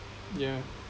yeah